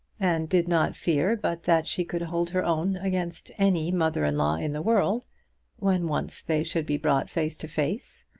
and did not fear but that she could hold her own against any mother-in-law in the world when once they should be brought face to face.